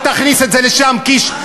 אל תכניס את זה לשם, קיש.